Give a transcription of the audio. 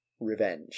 revenge